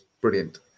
brilliant